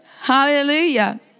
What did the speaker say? Hallelujah